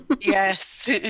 yes